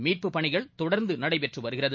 மீட்பு பணிகள் தொடர்ந்துநடைபெற்றுவருகிறது